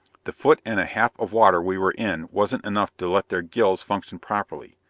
the foot and a half of water we were in wasn't enough to let their gills function properly.